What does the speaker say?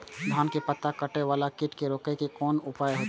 धान के पत्ता कटे वाला कीट के रोक के कोन उपाय होते?